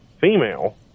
female